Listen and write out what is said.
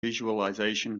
visualization